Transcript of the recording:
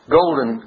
golden